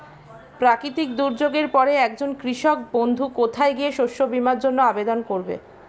প্রাকৃতিক দুর্যোগের পরে একজন কৃষক বন্ধু কোথায় গিয়ে শস্য বীমার জন্য আবেদন করবে?